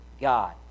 God